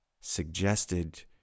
suggested